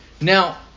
Now